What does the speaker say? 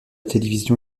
télévision